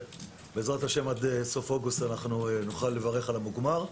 בעזרת השם, עד סוף אוגוסט נוכל לברך על המוגמר.